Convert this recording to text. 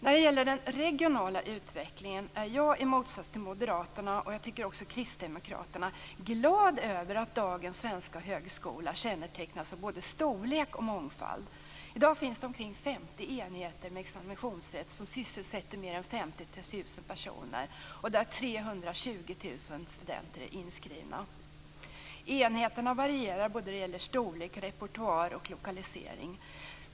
När det gäller den regionala utvecklingen är jag i motsats till Moderaterna och också, tycker jag, Kristdemokraterna glad över att dagens svenska högskola kännetecknas av både storlek och mångfald. I dag finns det omkring 50 enheter med examinationsrätt som sysselsätter mer än 50 000 personer och där 320 000 studenter är inskrivna. Enheterna varierar när det gäller såväl storlek som repertoar och lokalisering.